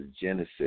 Genesis